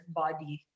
body